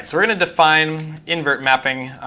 we're going to define invert mapping.